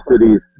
cities